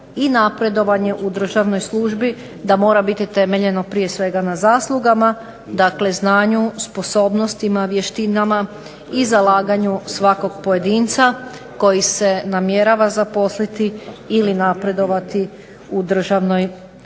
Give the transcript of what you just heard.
i napredovanje u državnoj službi da mora biti temeljeno na zaslugama, znanju, sposobnostima, vještinama i zalaganju svakog pojedinca koji se namjerava zaposliti ili napredovati u državnoj službi.